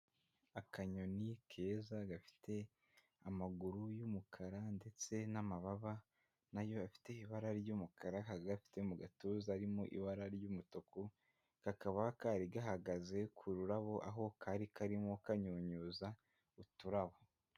Akanyoni keza gafite amaguru y'umukara ndetse n'amababa na yo afite ibara ry'umukara, kakaba gafite mu gatuza harimo ibara ry'umutuku, kakaba kari gahagaze ku rurabo, aho kari karimo kanyunyuza uturabo.